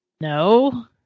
no